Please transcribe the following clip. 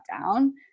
down